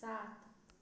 सात